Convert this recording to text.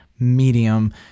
medium